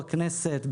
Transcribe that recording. בכנסת,